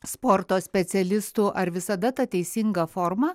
sporto specialistu ar visada ta teisinga forma